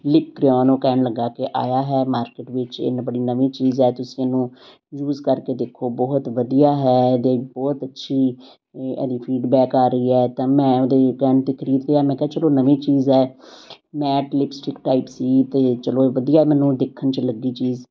lip crayon ਉਹ ਕਹਿਣ ਲੱਗਾ ਕਿ ਆਇਆ ਹੈ ਮਾਰਕੀਟ ਵਿੱਚ ਇਨ ਬੜੀ ਨਵੀਂ ਚੀਜ਼ ਹੈ ਤੁਸੀਂ ਇਹਨੂੰ ਯੂਜ਼ ਕਰਕੇ ਦੇਖੋ ਬਹੁਤ ਵਧੀਆ ਹੈ ਇਹਦੇ ਬਹੁਤ ਅੱਛੀ ਹੈ ਇਹਦੀ ਫੀਡਬੈਕ ਆ ਰਹੀ ਹੈ ਤਾਂ ਮੈਂ ਉਹਦੇ ਕਹਿਣ 'ਤੇ ਖਰੀਦ ਲਿਆ ਮੈਂ ਕਿਹਾ ਚਲੋ ਨਵੀਂ ਚੀਜ਼ ਹੈ ਮੈਟ ਲਿਪਸਟਿਕ ਟਾਈਪ ਸੀ ਅਤੇ ਇਹ ਚਲੋ ਇਹ ਵਧੀਆ ਮੈਨੂੰ ਦੇਖਣ 'ਚ ਲੱਗੀ ਚੀਜ਼